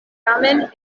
tamen